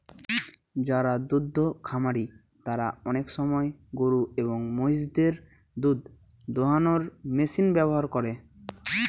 যারা দুদ্ধ খামারি তারা আনেক সময় গরু এবং মহিষদের দুধ দোহানোর মেশিন ব্যবহার করে